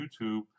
YouTube